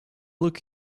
look